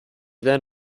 then